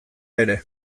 ere